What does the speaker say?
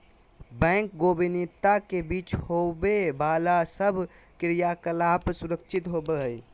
bank गोपनीयता के बीच होवे बाला सब क्रियाकलाप सुरक्षित होवो हइ